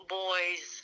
boys